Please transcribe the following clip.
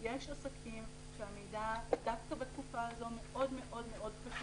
יש עסקים שהמידע דווקא בתקופה הזאת מאוד מאוד חשוב